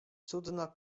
cudna